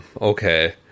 Okay